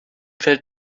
fällt